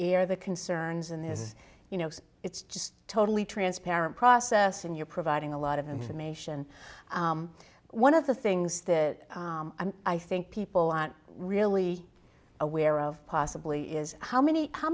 are the concerns in this you know it's just totally transparent process and you're providing a lot of information one of the things that i think people aren't really aware of possibly is how many how